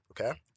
okay